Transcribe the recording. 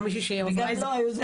גם לא היוזמת של החוק?